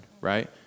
right